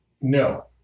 no